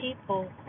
people